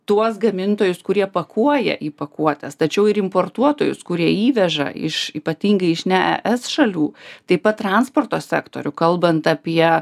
tuos gamintojus kurie pakuoja į pakuotes tačiau ir importuotojus kurie įveža iš ypatingai iš ne es šalių taip pat transporto sektorių kalbant apie